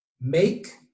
make